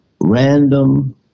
random